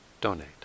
donate